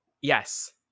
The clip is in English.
Yes